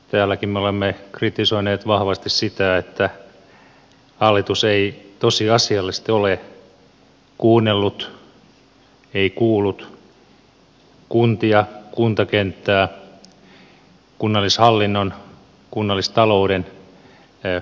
täälläkin me olemme kritisoineet vahvasti sitä että hallitus ei tosiasiallisesti ole kuunnellut ei kuullut kuntia kuntakenttää kunnallishallinnon kunnallistalouden asiantuntijoita